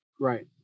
Right